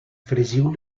fregiu